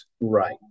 Right